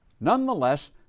Nonetheless